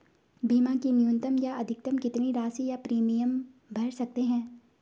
बीमा की न्यूनतम या अधिकतम कितनी राशि या प्रीमियम भर सकते हैं?